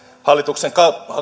hallituksen